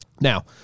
Now